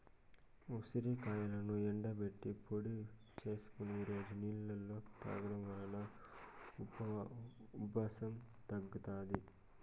ఉసిరికాయలను ఎండబెట్టి పొడి చేసుకొని రోజు నీళ్ళలో తాగడం వలన ఉబ్బసం తగ్గుతాది